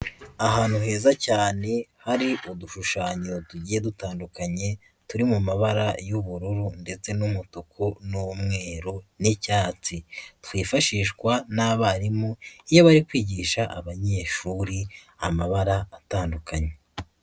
Ahantu heza cyane hari udushushanyo tugiye dutandukanye turi mu mabara y'ubururu ndetse n'umutuku n'umweru n'icyatsi, twifashishwa n'abarimu iyo bari kwigisha abanyeshuri amabara atandukanye.